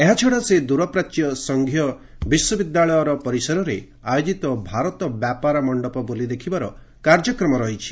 ଏହାଛଡ଼ା ସେ ଦୂରପ୍ରାଚ୍ୟ ସଂଘୀୟ ବିଶ୍ୱବିଦ୍ୟାଳୟ ପରିସରରେ ଆୟୋକିତ ଭାରତ ବ୍ୟାପାର ମଣ୍ଡପ ବୁଲି ଦେଖିବାର କାର୍ଯ୍ୟକ୍ରମ ରହିଛି